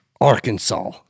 Arkansas